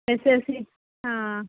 ਵੈਸੇ ਅਸੀਂ ਹਾਂ